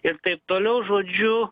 ir taip toliau žodžiu